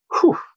Whew